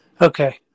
Okay